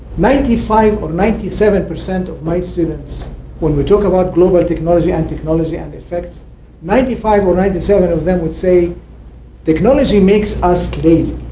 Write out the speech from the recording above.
ninety five of ninety seven percent of my students when we talk about global technology and technology and affects ninety five or ninety seven of them would say technology makes us lazy.